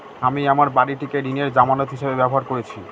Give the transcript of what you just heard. আমি আমার বাড়িটিকে ঋণের জামানত হিসাবে ব্যবহার করেছি